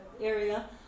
area